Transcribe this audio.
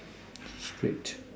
straight